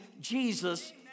Jesus